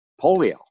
polio